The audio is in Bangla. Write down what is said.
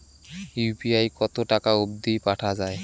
ইউ.পি.আই কতো টাকা অব্দি পাঠা যায়?